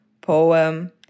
poem